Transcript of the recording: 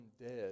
dead